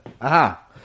Aha